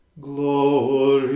Glory